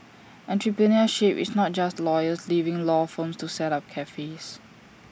entrepreneurship is not just lawyers leaving law firms to set up cafes